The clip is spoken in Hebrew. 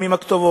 גם עם הכתובות,